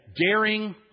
daring